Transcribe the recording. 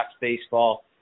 baseball